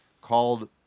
called